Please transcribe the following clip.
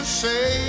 say